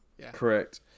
correct